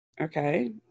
Okay